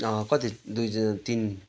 कति दुईजना तिन